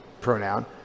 pronoun